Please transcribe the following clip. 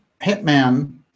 hitman